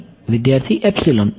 વિદ્યાર્થી એપ્સીલોન